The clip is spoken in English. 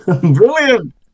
Brilliant